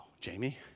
Jamie